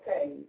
Okay